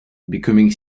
becoming